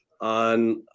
on